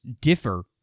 differ